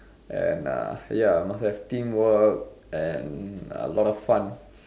and uh ya must have teamwork and a lot of fun